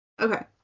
Okay